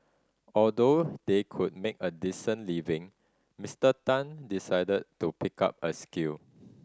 although they could make a decent living Mister Tan decided to pick up a skill